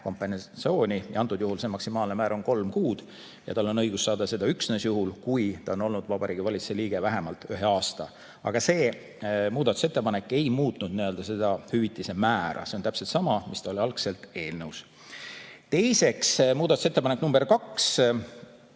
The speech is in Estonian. kompensatsiooni. Antud juhul see maksimaalne määr on kolm kuud ja tal on õigus saada seda üksnes juhul, kui ta on olnud Vabariigi Valitsuse liige vähemalt ühe aasta. Aga see muudatusettepanek ei muutnud seda hüvitise määra, see on täpselt sama, mis oli algses eelnõus. Teiseks, muudatusettepanek nr 2.